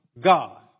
God